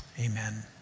Amen